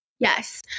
Yes